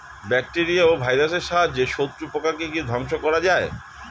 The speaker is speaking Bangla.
ব্যাকটেরিয়া ও ভাইরাসের সাহায্যে শত্রু পোকাকে কি ধ্বংস করা যায়?